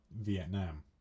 Vietnam